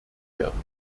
werden